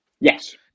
Yes